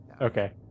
Okay